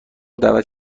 دعوت